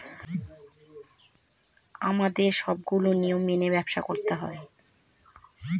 আমাদের সবগুলো নিয়ম মেনে ব্যবসা করতে হয়